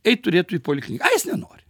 eit turėtų į politiką ai jis nenori